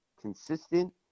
consistent